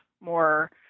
more